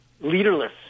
leaderless